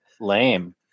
Lame